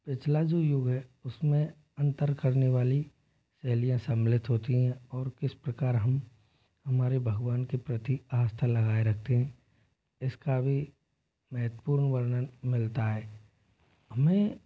पिछला जो युग है उसमें अंतर करने वाली रैलियाँ सम्मिलित होती हैं और किस प्रकार हम हमारे भगवान के प्रति आस्था लगाए रखें इसका भी महत्वपूर्ण वर्णन मिलता है हमें